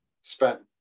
spent